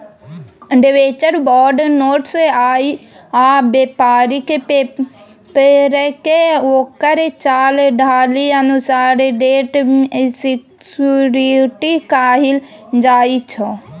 debenture, bond, notes आ बेपारिक पेपरकेँ ओकर चाल ढालि अनुसार डेट सिक्युरिटी कहल जाइ छै